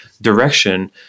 direction